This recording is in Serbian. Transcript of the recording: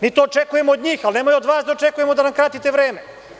Mi to očekujemo od njih, ali nemojte od vas da očekujemo da nam kratite vreme.